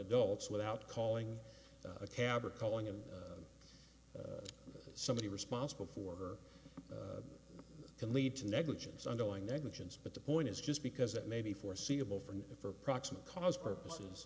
adults without calling a cab or calling him somebody responsible for her can lead to negligence on going negligence but the point is just because it may be foreseeable for it for proximate cause purposes